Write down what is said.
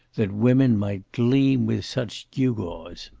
that women might gleam with such gewgaws.